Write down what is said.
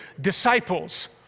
disciples